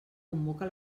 convoca